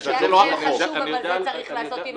אתה צודק, אבל את זה צריך לעשות עם